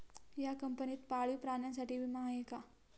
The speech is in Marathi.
या कंपनीत पाळीव प्राण्यांसाठी विमा आहे का?